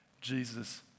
Jesus